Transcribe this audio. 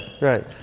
right